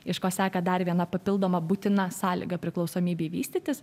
iš ko seka dar viena papildoma būtina sąlyga priklausomybei vystytis